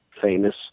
famous